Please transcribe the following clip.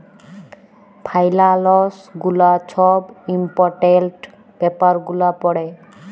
ফাইলালস গুলা ছব ইম্পর্টেলট ব্যাপার গুলা পড়ে